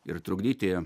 ir trukdyti